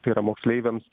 tai yra moksleiviams